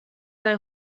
sei